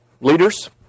leaders